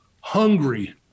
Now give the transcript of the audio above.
hungry